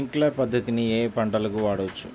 Sprinkler పద్ధతిని ఏ ఏ పంటలకు వాడవచ్చు?